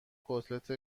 کتلت